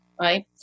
right